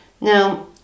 Now